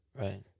Right